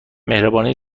مهربانی